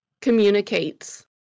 communicates